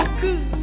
good